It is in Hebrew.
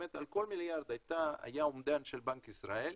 על כל מיליארד היה אומדן של בנק ישראל,